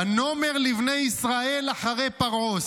ונאמר לבני ישראל אחרי פרעה,